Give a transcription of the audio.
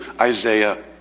Isaiah